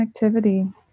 connectivity